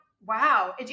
wow